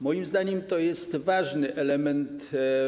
Moim zdaniem to jest ważny element.